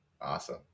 Awesome